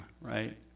Right